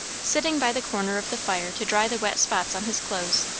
sitting by the corner of the fire to dry the wet spots on his clothes,